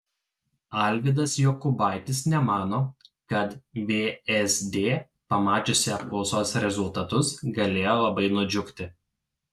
alvydas jokubaitis nemano kad vsd pamačiusi apklausos rezultatus galėjo labai nudžiugti